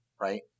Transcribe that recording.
right